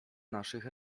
naszych